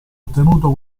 ottenuto